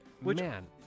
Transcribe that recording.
man